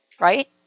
right